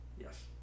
Yes